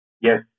Yes